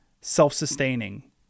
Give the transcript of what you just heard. self-sustaining